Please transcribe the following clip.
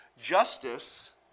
Justice